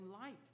light